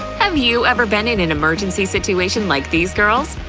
have you ever been in an emergency situation like these girls?